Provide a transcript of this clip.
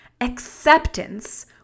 acceptance